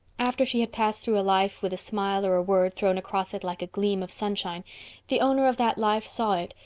after she had passed through a life with a smile or a word thrown across it like a gleam of sunshine the owner of that life saw it,